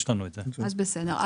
בסדר.